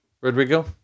Rodrigo